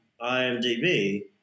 IMDb